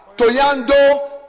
Toyando